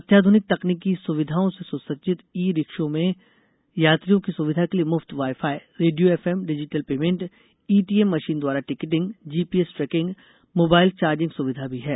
अत्याधुनिक तकनीकी सुविधाओं से सुसज्जित ई रिक्शाओं में यात्रियों की सुविधा के लिये मुफ्त wifi radio FM digital payment ETM machine द्वारा ticketing GPS tracking mobile charging सुविधा भी है